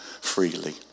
freely